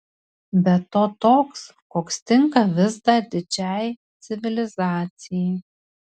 be to toks koks tinka vis dar didžiai civilizacijai